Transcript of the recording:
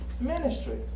Ministry